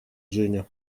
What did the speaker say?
женя